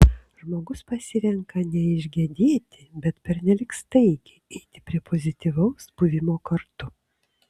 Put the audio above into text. žmogus pasirenka neišgedėti bet pernelyg staigiai eiti prie pozityvaus buvimo kartu